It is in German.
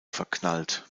verknallt